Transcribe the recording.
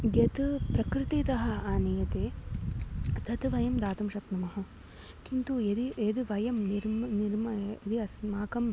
यत् प्रकृतितः आनीयते तद् वयं दातुं शक्नुमः किन्तु यदि यद् वयं निर्मामः निर्मामः यदि अस्माकम्